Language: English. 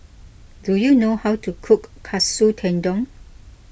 do you know how to cook Katsu Tendon